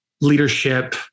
leadership